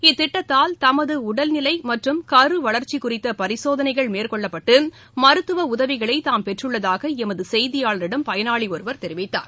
இத்திட்டத்தால் தமது உடல் நிலை மற்றும் கரு வளர்ச்சி குறித்த பரிசோதனைகள் மேற்கொள்ளப்பட்டு மருத்துவ உதவிகளை தாம் பெற்றுள்ளதாக எமது செய்தியாளரிடம் பயனாளி ஒருவர் தெரிவித்தார்